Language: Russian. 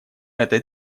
этой